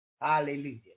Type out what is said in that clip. Hallelujah